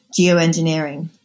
geoengineering